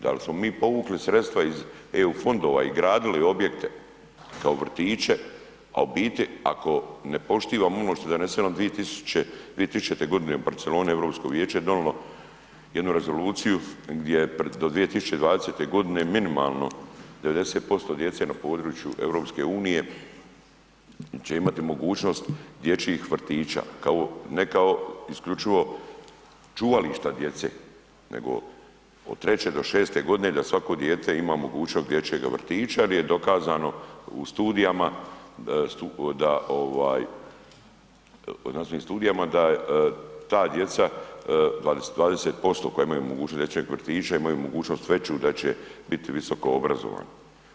Dal smo mi povukli sredstva iz eu fondova i gradili objekte kao vrtiće, a u biti ako ne poštivamo ono što je doneseno 2000. godine u Barceloni Europsko vijeće je donijelo jednu rezoluciju gdje do 2020. godine minimalno 90% djece na području EU će imati mogućnost dječjih vrtića, ne kao isključivo čuvališta djece nego od 3. do 6. godine da svako dijete ima mogućnost dječjeg vrtića jer je dokazano u znanstvenim studijama da ta djeca 20% koja imaju mogućnost dječjeg vrtića imaju mogućnost veću da će biti visoko obrazovani.